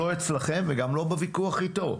לא אצלכם, וגם לא בוויכוח איתו,